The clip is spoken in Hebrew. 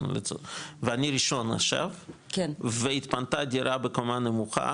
לצורך העניין ואני ראשון עכשיו והתפנתה דירה בקומה נמוכה